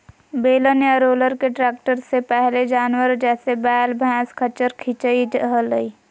बेलन या रोलर के ट्रैक्टर से पहले जानवर, जैसे वैल, भैंसा, खच्चर खीचई हलई